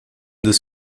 des